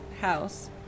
house